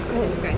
mm